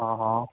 हा हा